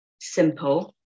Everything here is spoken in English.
simple